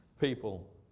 people